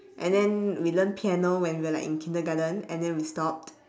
and then we learn piano when we're like in kindergarten and then we stopped